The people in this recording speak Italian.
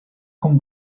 con